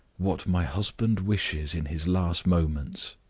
what my husband wishes in his last moments,